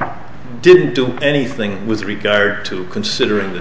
i didn't do anything with regard to considering the